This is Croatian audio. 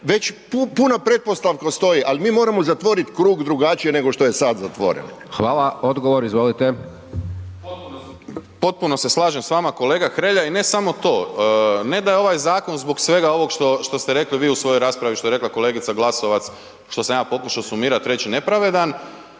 već puno pretpostavki stoji, ali mi moramo zatvoriti krug drugačije nego što je sada zatvoren. **Hajdaš Dončić, Siniša (SDP)** Hvala. Odgovor, izvolite. **Đujić, Saša (SDP)** Potpuno se slažem s vama kolega Hrelja. I ne samo to, ne da je ovaj zakon zbog svega ovog što ste vi rekli u svojoj raspravi i što je rekla kolegica Glasovac što sam ja pokušao sumirati i reći nepravedan,